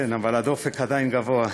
כן, אבל הדופק עדיין גבוה.